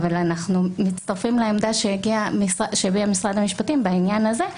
אבל אנחנו מצטרפים לעמדה שהביע משרד המשפטים בעניין הזה,